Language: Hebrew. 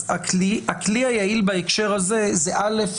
אז הכלי היעיל בהקשר הזה זה א',